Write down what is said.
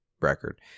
record